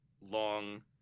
long